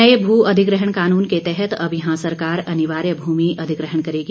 नए भू अधिग्रहण कानून के तहत अब यहां सरकार अनिवार्य भूमि अधिग्रहण करेगी